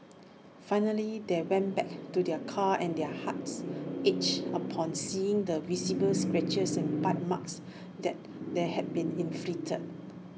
finally they went back to their car and their hearts ached upon seeing the visible scratches and bite marks that they had been inflicted